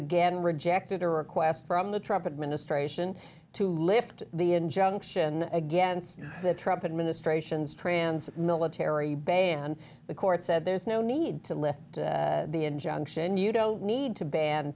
again rejected a request from the trumpet ministration to lift the injunction against the trump administration's trans military ban the court said there's no need to lift the injunction you don't need to ban